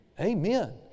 Amen